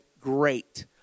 great